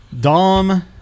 Dom